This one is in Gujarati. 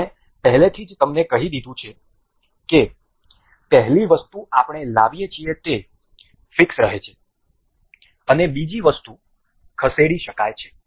મેં પહેલેથી જ તમને કહી દીધી છે કે પહેલી વસ્તુ આપણે લાવીએ છીએ તે ફિક્સ રહે છે અને બીજી વસ્તુ ખસેડી શકાય છે